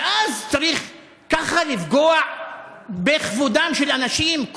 ואז צריך ככה לפגוע בכבודם של אנשים?